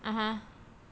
(uh huh)